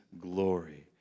glory